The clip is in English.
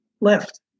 left